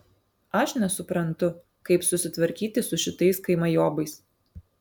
aš nesuprantu kaip susitvarkyti su šitais kaimajobais